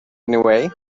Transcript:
anyway